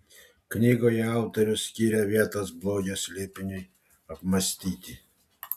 knygoje autorius skiria vietos blogio slėpiniui apmąstyti